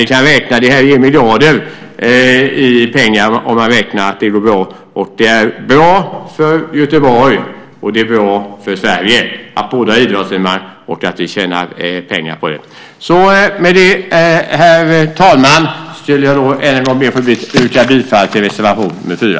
Vi kan räkna med miljarder om det går bra. Det är bra för Göteborg, och det är bra för Sverige att ordna idrottsevenemang och att tjäna pengar på det. Med det, herr talman, ber jag att än en gång få yrka bifall till reservation 4.